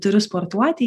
turiu sportuoti